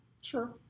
Sure